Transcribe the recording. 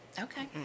Okay